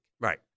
Right